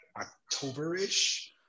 October-ish